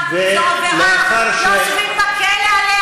מצפה ממי שבא מן השמאל שבאותה מידה